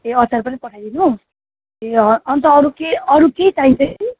ए अचार पनि पठाइदिनु ए अन्त अरू के अरू केही चाहिन्छ कि